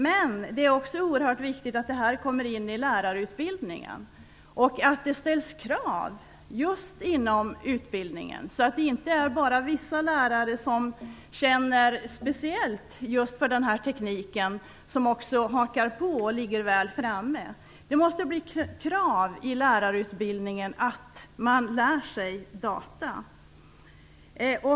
Men det är också oerhört viktigt att det här kommer in i lärarutbildningen och att det ställs krav just inom utbildningen, så att det inte är enbart vissa lärare, som känner speciellt just för den här tekniken, som också hakar på och ligger väl framme. Det måste bli krav i lärarutbildningen på att man lär sig data.